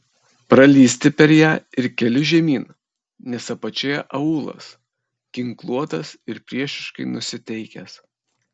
pralįsti per ją ir keliu žemyn nes apačioje aūlas ginkluotas ir priešiškai nusiteikęs